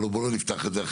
אבל בואו לא נפתח את זה.